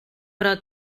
però